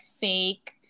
fake